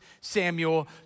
Samuel